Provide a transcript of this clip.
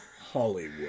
Hollywood